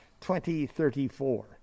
2034